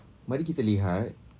mari kita lihat